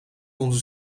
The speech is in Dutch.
onze